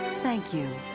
thank you.